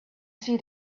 see